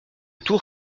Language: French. tour